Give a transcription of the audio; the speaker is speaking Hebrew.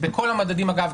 בכל המדדים אגב,